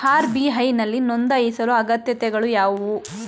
RBI ನಲ್ಲಿ ನೊಂದಾಯಿಸಲು ಅಗತ್ಯತೆಗಳು ಯಾವುವು?